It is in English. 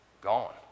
gone